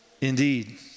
indeed